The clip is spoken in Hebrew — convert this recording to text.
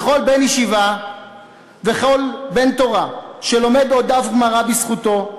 וכל בן ישיבה וכל בן תורה שלומד עוד דף גמרא בזכותו,